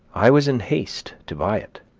i was in haste to buy it,